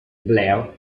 blair